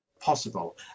possible